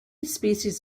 species